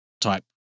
type